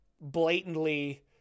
blatantly